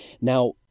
Now